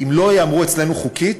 אם לא יהמרו אצלנו, חוקית,